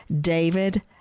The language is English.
David